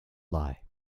lie